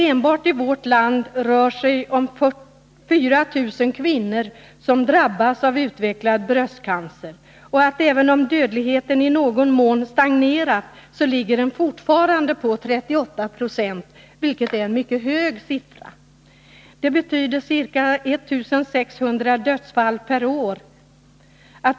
Enbart i vårt land rör det sig årligen om 4 000 kvinnor som drabbas av utvecklad bröstcancer. Även om dödligheten i någon mån stagnerat, ligger den fortfarande på 38 96, vilket är en mycket hög siffra — det betyder ca 1 600 dödsfall per år.